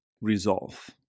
resolve